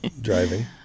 driving